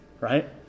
right